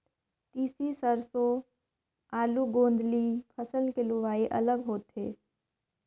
तिसी, सेरसों, आलू, गोदंली फसल के लुवई अलग होथे